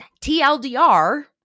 tldr